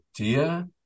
idea